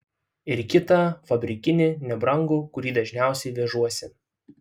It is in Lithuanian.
ir kitą fabrikinį nebrangų kurį dažniausiai vežuosi